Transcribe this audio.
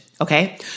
Okay